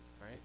right